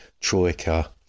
Troika